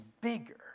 bigger